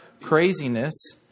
Craziness